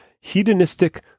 hedonistic